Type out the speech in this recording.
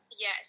Yes